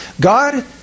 God